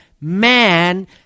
Man